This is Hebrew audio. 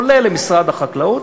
כולל למשרד החקלאות,